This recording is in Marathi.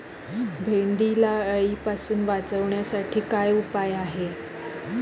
भेंडीला अळीपासून वाचवण्यासाठी काय उपाय आहे?